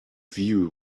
view